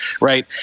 right